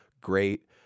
great